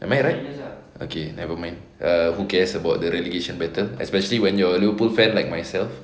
am I right okay never mind err who cares about the relegation battle especially when you're a liverpool fan like myself